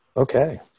Okay